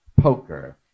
poker